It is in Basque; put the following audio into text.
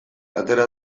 atera